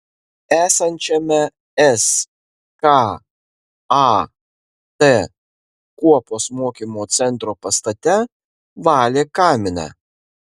esančiame skat kuopos mokymo centro pastate valė kaminą